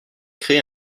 créé